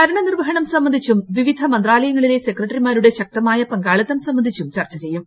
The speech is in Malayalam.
ഭരണ നിർവ്വഹണം സംബന്ധിച്ചും വിവിധ മന്ത്രാലയങ്ങളിലെ സെക്രട്ടറിമാരുടെ ശക്തമായ പങ്കാളിത്തം സംബന്ധിച്ചും ചർച്ച ചെയ്യും